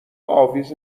اویز